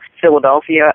Philadelphia